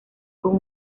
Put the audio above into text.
con